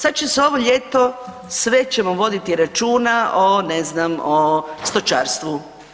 Sad će se ovo ljeto, sve ćemo voditi računa o, ne znam, o stočarstvu.